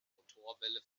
motorwelle